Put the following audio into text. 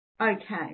okay